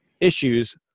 issues